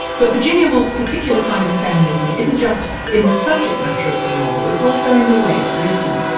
but virginia woolf's particular kind of feminism isn't just in the subject matter of the novel. it's also in the way it's written.